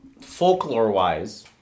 folklore-wise